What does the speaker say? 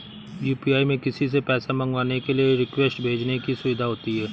UPI में किसी से पैसा मंगवाने के लिए रिक्वेस्ट भेजने की सुविधा होती है